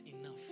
enough